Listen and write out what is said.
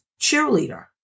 cheerleader